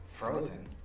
frozen